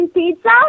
pizza